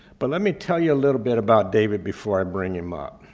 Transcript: but let me tell you a little bit about david before i bring him up.